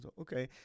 Okay